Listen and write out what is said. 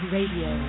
Radio